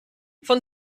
von